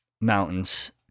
mountains